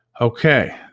Okay